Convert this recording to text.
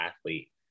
athlete